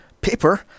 paper